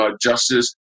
justice